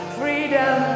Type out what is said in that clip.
freedom